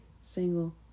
single